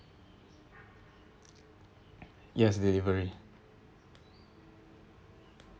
yes delivery